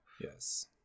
Yes